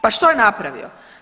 Pa što je napravio?